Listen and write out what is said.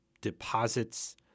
deposits